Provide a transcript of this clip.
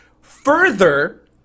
further